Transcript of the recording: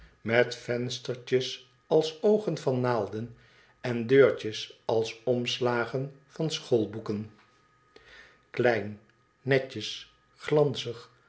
met venstertjes alsoogen van naalden en deurtjes als omslagen van schoolboeken klein netjes glanzig